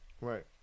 Right